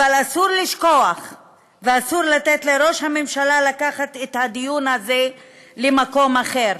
אבל אסור לשכוח ואסור לתת לראש הממשלה לקחת את הדיון הזה למקום אחר.